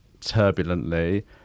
turbulently